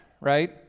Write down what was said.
right